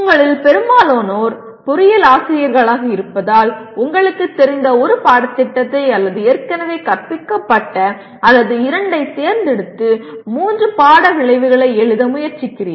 உங்களில் பெரும்பாலோர் பொறியியல் ஆசிரியர்களாக இருப்பதால் உங்களுக்குத் தெரிந்த ஒரு பாடத்திட்டத்தை அல்லது ஏற்கனவே கற்பிக்கப்பட்ட அல்லது இரண்டைத் தேர்ந்தெடுத்து மூன்று பாட விளைவுகளை எழுத முயற்சிக்கிறீர்கள்